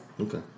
Okay